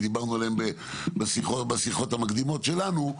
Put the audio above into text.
ודיברנו עליהן בשיחות המקדימות שלנו,